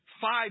five